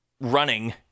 running